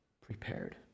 prepared